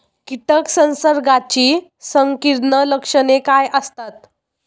कीटक संसर्गाची संकीर्ण लक्षणे काय असतात?